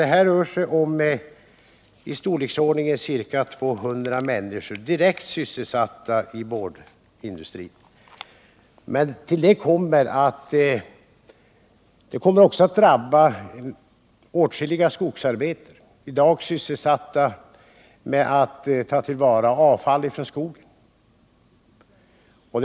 Det rör sig dock om ca 200 människor som är sysselsatta i boardindustrin. Därtill kommer att en nedläggning också drabbar åtskilliga skogsarbetare som i dag är sysselsatta med att ta till vara avfall från skogshanteringen.